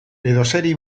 edozeri